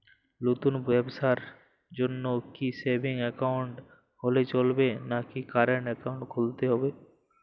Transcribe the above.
নতুন ব্যবসার জন্যে কি সেভিংস একাউন্ট হলে চলবে নাকি কারেন্ট একাউন্ট খুলতে হবে?